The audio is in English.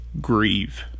grieve